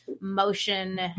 motion